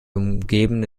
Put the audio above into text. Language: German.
umgebende